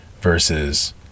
versus